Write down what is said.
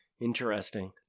interesting